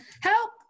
Help